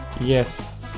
Yes